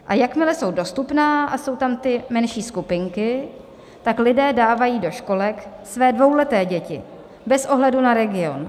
A jakmile jsou dostupná a jsou tam ty menší skupiny, tak lidé dávají do školek své dvouleté děti bez ohledu na region.